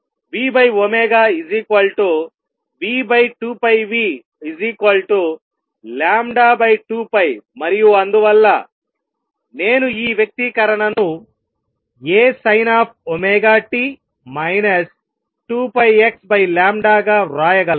vω v2πν λ 2π మరియు అందువల్ల నేను ఈ వ్యక్తీకరణను ASinωt 2πxλగా వ్రాయగలను